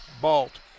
Balt